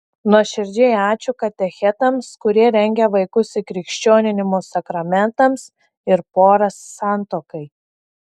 nuoširdžiai ačiū katechetams kurie rengia vaikus įkrikščioninimo sakramentams ir poras santuokai